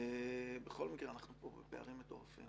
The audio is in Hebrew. בכל מקרה אנחנו פה בפערים מטורפים.